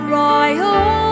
Royal